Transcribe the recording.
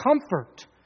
comfort